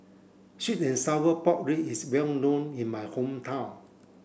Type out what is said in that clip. sweet and sour pork rib is well known in my hometown